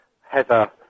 Heather